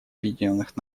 объединенных